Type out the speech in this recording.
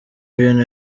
ibintu